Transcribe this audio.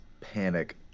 panic